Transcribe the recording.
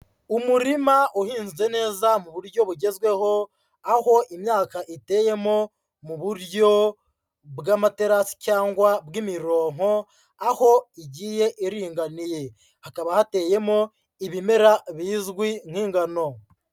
Umurima uhinze neza mu buryo bugezweho, aho imyaka iteyemo mu buryo bw'amaterasi cyangwa bw'imironko aho igiye iringaniye, hakaba hateyemo ibimera bizwi nk'ingano.